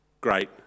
great